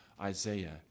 Isaiah